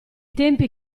tempi